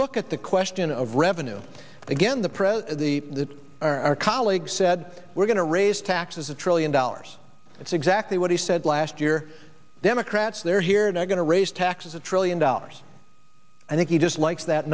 look at the question of revenue again the president the our colleagues said we're going to raise taxes a trillion dollars that's exactly what he said last year democrats they're here they're going to raise taxes a trillion dollars i think he just likes that